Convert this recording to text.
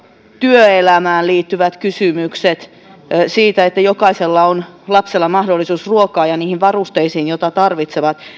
työelämään liittyvät kysymykset se että jokaisella lapsella on mahdollisuus ruokaan ja niihin varusteisiin joita tarvitsevat